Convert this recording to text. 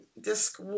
Disc